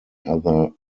other